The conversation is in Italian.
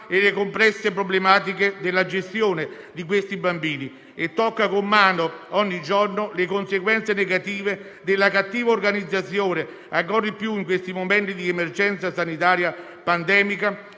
e le complesse problematiche della gestione di quei bambini e tocca con mano ogni giorno le conseguenze negative della cattiva organizzazione - ancor più in questi momenti di emergenza sanitaria pandemica